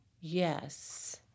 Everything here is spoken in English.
Yes